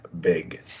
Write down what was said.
big